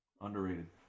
Underrated